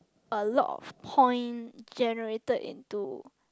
a lot of point generated into